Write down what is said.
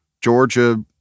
Georgia